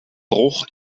bruch